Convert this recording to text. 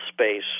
space